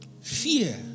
Fear